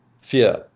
fear